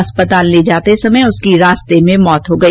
अस्पताल ले जाते समय उसकी रास्ते में मौत हो गई